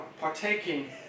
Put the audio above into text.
partaking